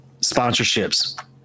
sponsorships